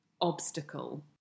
obstacle